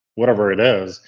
whatever it is,